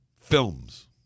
Films